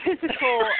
physical